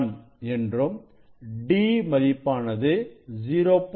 1 என்றும் d மதிப்பானது 0